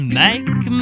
make